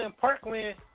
Parkland